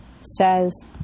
says